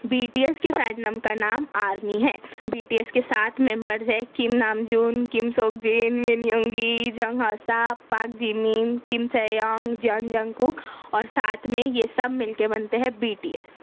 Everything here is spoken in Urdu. بی ٹی ایس کے فینٹنم کا نام آرمی ہے بی ٹی ایس کے سات ممبرز ہیں Kim Namjoon Kim Seokjin Min ینگین Jung Hoseok Park Jimin Kim Taehyung Jeon Jungkook اور ساتھ میں یہ سب مِل کے بنتے ہیں بی ٹی ایس